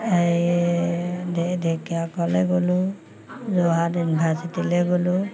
এই ঢেকীয়াখোৱালে গ'লোঁ যোৰহাট ইউনিভাৰ্চিটিলে গ'লোঁ